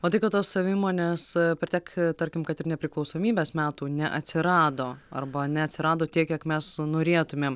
o tai kad tos savimonės per tiek tarkim kad ir nepriklausomybės metų neatsirado arba neatsirado tiek kiek mes norėtumėm